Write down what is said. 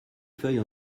feuilles